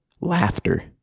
laughter